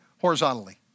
horizontally